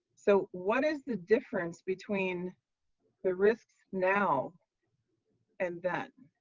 so, what is the difference between the risk now and then?